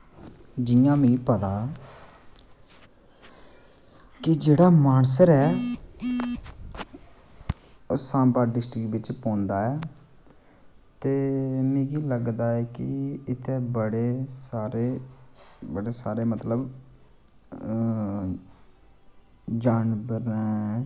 जि'यां मिगी पता कि जेह्ड़ा मानसर ऐ एह् सांबा डिस्ट्रिक्ट बिच पौंदा ऐ ते मिगी लगदा ऐ की इत्थें बड़े सारे मतलब जानवर न